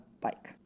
bike